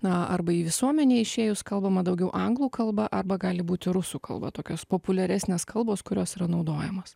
na arba į visuomenę išėjus kalbama daugiau anglų kalba arba gali būti rusų kalba tokios populiaresnės kalbos kurios yra naudojamos